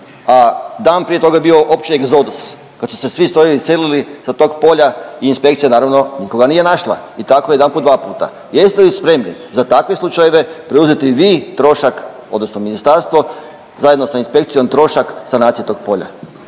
a dan prije toga je bio opći egzodus kad su se svi strojevi iselili sa tog polja i inspekcija naravno nikoga nije našla i tako jedanput, dva puta, jeste li spremni za takve slučajeve preuzeti vi trošak odnosno ministarstvo zajedno sa inspekcijom trošak sanacije tog polja?